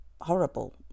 horrible